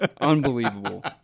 Unbelievable